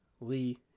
Lee